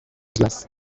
useless